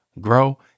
grow